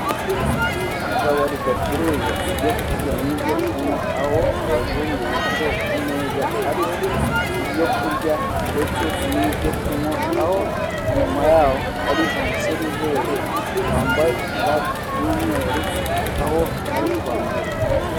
Akabari gacuruza ibyokurya n'ibyo kunywa, aho abazungu bicaye ku meza ariho ibyo kurya ndetse n'ibyo kunywa, aho inyuma ybo hari umuseriveri wambaye ishati y'umweru, aho ari kwandurura.